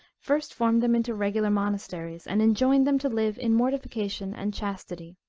first formed them into regular monasteries, and enjoined them to live in mortification and chastity.